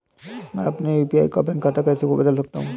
मैं अपने यू.पी.आई का बैंक खाता कैसे बदल सकता हूँ?